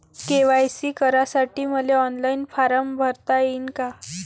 KYC करासाठी मले online form भरता येईन का?